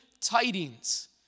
tidings